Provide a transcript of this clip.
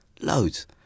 Loads